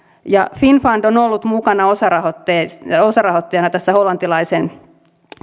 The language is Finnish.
finnfund on ollut mukana osarahoittajana osarahoittajana tässä hollantilaisen